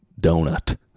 donut